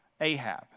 Ahab